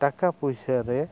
ᱴᱟᱠᱟ ᱯᱩᱭᱥᱟᱹ ᱨᱮ